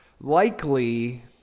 likely